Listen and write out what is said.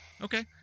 Okay